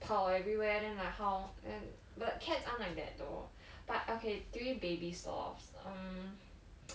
跑 everywhere then like how and but cats aren't like that though but okay three babies sloths err